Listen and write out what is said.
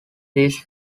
these